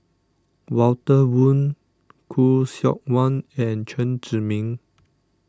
Walter Woon Khoo Seok Wan and Chen Zhiming